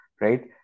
right